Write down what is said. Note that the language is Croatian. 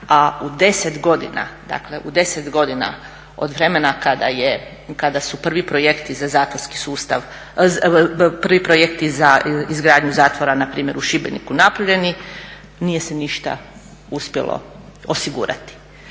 a u 10 godina od vremena kada su prvi projekti za izgradnju zatvora npr. u Šibeniku napravljeni nije se ništa uspjelo osigurati.